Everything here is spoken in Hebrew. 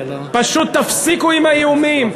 פשוט תפסיקו עם האיומים.